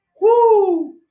Woo